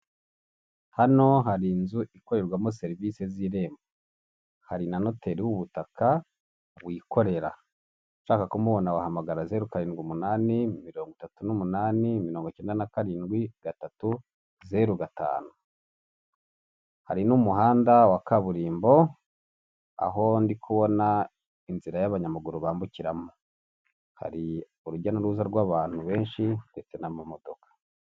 Hano hari inzu ikorerwamo serivisi z'irembo, hari na noteri w'ubutaka wikorera. Ushaka kumubona wahamagara zeru karindwi umunani, mirongo itatu n'umunani, mirongo icyenda na karindwi, gatatu, zeru gatanu. Hari n'umuhanda wa kaburimbo, aho ndikubona inzira y'abanyamaguru bambukiramo. Hari urujya n'uruza rw'abantu benshi ndetse n'amamodoka.